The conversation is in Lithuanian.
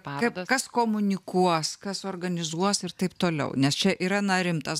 kas komunikuos kas organizuos ir taip toliau nes čia yra na rimtas